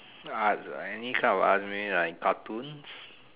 arts ah any kind of arts maybe like cartoons